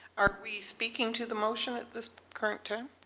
are we speaking to the motion at this current time?